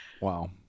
Wow